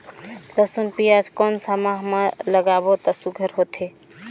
लसुन पियाज कोन सा माह म लागाबो त सुघ्घर होथे?